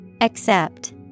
Accept